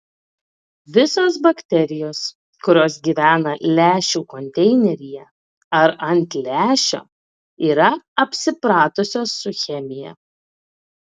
visos bakterijos kurios gyvena lęšių konteineryje ar ant lęšio yra apsipratusios su chemija